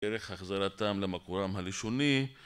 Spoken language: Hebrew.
דרך החזרתם למקורם הלשוני